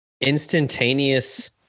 instantaneous